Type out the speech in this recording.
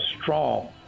strong